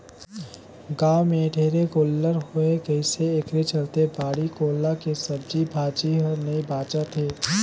गाँव में ढेरे गोल्लर होय गइसे एखरे चलते बाड़ी कोला के सब्जी भाजी हर नइ बाचत हे